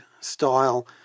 style